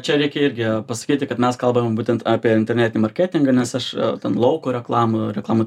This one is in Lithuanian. čia reikia irgi pasakyti kad mes kalbame būtent apie internetinį marketingą nes aš ten lauko reklamų reklama